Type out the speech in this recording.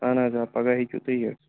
اَہَن حظ آ پگاہ ہیٚکِو تُہۍ یہِ